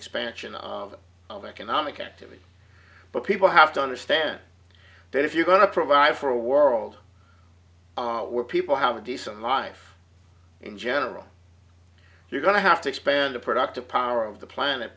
expansion of of economic activity but people have to understand that if you're going to provide for a world where people have a decent life in general you're going to have to expand the productive power of the planet